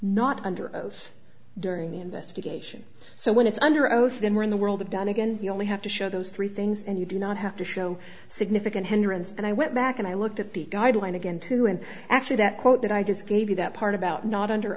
not under those during the investigation so when it's under oath then we're in the world of donnegan you only have to show those three things and you do not have to show significant endurance and i went back and i looked at the guideline again too and actually that quote that i just gave you that part about not under